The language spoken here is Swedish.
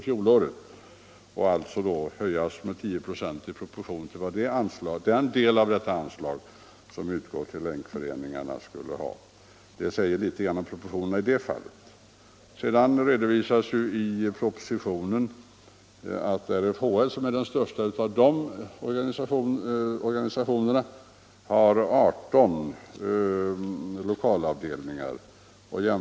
i fjol, ökat med 10 96 i år. Det säger något om proportionerna i det här fallet. Sedan redovisas i propositionen att RFHL, som är den största av de här organisationerna, har 18 lokalavdelningar.